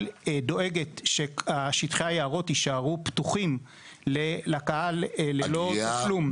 דואגת ששטחי היערות יישארו פתוחים לקהל ללא תשלום.